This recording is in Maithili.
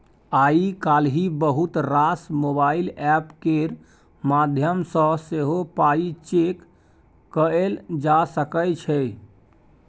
आइ काल्हि बहुत रास मोबाइल एप्प केर माध्यमसँ सेहो पाइ चैक कएल जा सकै छै